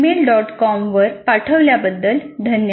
com वर पाठवल्याबद्दल धन्यवाद